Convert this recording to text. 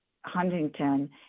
Huntington